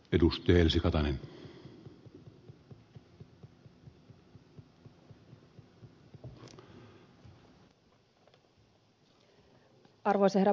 arvoisa herra puhemies